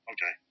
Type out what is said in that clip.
Okay